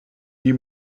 die